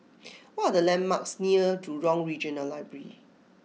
what are the landmarks near Jurong Regional Library